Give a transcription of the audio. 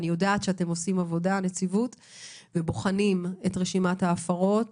אני יודעת שאתם בנציבות עושים עבודה ובוחנים את רשימת ההפרות